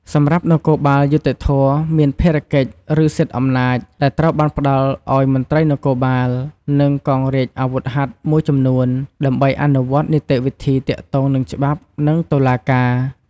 សម្រាប់់នគរបាលយុត្តិធម៌ មានភារកិច្ច ឬសិទ្ធិអំណាច ដែលត្រូវបានផ្ដល់ឱ្យមន្ត្រីនគរបាល និងកងរាជអាវុធហត្ថមួយចំនួន ដើម្បីអនុវត្តនីតិវិធីទាក់ទងនឹងច្បាប់ និងតុលាការ។